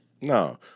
No